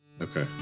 Okay